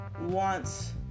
wants